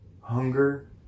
hunger